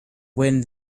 wind